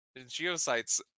geosites